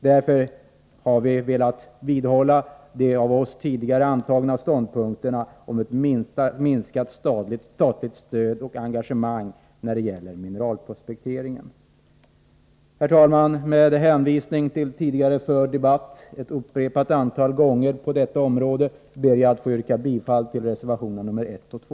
Därför vidhåller vi vår tidigare ståndpunkt om en minskning av det statliga stödet och engagemanget när det gäller mineralprospektering. Herr talman! Med hänvisning till de många tidigare debatterna i denna fråga ber jag att få yrka bifall till reservationerna 1 och 2.